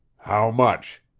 how much?